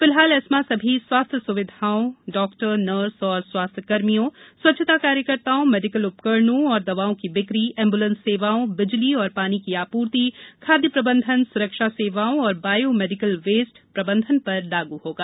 फिलहाल एस्मा सभी स्वास्थ्य सुविधाओं डाक्टर नर्स और स्वास्थ्यकर्मियों स्वच्छता कार्यकर्ताओं मेडीकल उपकरणों और दवाओं की बिक्री एम्बूलेंस सेवाओं बिजली और पानी की आपूर्ति खाद्य प्रबंधन सुरक्षा सेवाओं और बायो मेडीकल वेस्ट प्रबंधन पर लागू होगा